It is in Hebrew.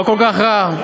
לא כל כך רעה.